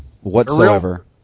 whatsoever